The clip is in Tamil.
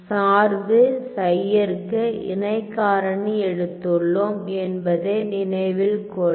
சார்பு ψ ற்க்கு இணைக்காரணி எடுத்துள்ளோம் என்பதை நினைவில் கொள்க